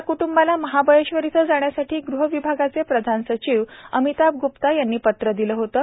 या क्ट्ंबाला महाबळेश्वर येथे जाण्यासाठी गृह विभागाचे प्रधान सचिव अमिताभ गुप्ता यांनी पत्र दिलं होतं